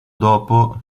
dopo